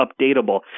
updatable